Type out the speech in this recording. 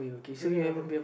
didn't happen